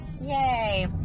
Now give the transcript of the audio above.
yay